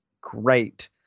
great